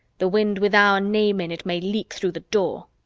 the wind with our name in it may leak through the door.